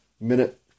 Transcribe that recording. minute